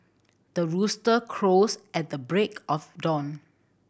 the rooster crows at the break of dawn